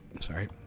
sorry